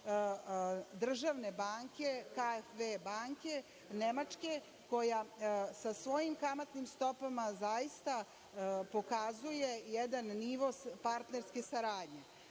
državne banke KfW banke Nemačke, koja sa svojim kamatnim stopama zaista pokazuje jedan nivo partnerske saradnje. Podsetiću